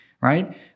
right